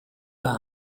your